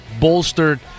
bolstered